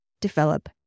develop